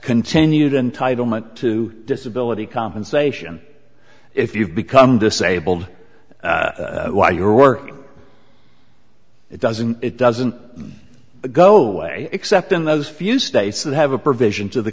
continued in title meant to disability compensation if you've become disabled while you're working it doesn't it doesn't go away except in those few states that have a provision to the